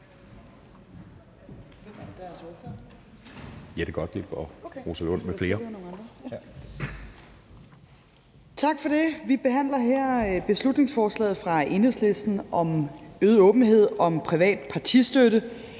Tak for det. Vi behandler her beslutningsforslaget fra Enhedslisten om øget åbenhed om privat partistøtte.